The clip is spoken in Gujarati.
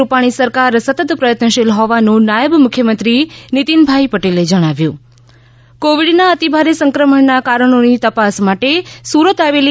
રૂપાણી સરકાર સતત પ્રયત્નશીલ હોવાનું નાયબ મુખ્યમંત્રી નિતિનભાઈ પટેલે જણાવ્યુ કોવિડના અતિભારે સંક્રમણના કારણોની તપાસ માટે સુરત આવેલી